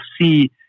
see